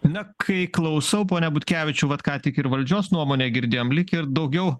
na kai klausau pone butkevičiau vat ką tik ir valdžios nuomonę girdėjom lyg irę daugiau